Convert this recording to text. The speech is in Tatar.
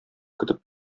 көтеп